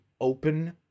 open